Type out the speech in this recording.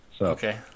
Okay